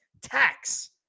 tax